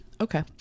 Okay